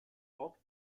opte